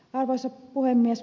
arvoisa puhemies